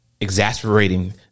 exasperating